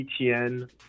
ETN